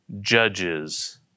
judges